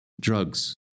Drugs